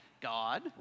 God